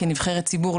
כנבחרת ציבור,